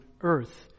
earth